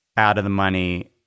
out-of-the-money